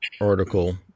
article